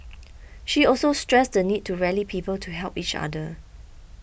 she also stressed the need to rally people to help each other